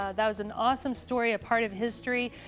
ah that was an awesome story, a part of history.